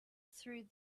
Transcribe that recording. through